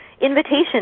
invitation